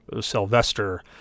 Sylvester